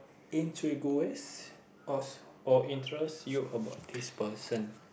intrigues or or interests you about this person